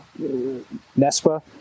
NESPA